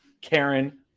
Karen